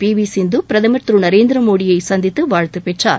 B V Sindhu பிரதமர் திரு நரேந்திரமோடியை சந்தித்து வாழ்த்து பெற்றார்